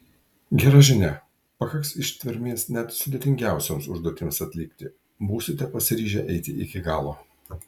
gera žinia pakaks ištvermės net sudėtingiausioms užduotims atlikti būsite pasiryžę eiti iki galo